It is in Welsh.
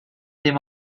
dim